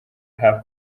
hamwe